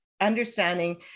Understanding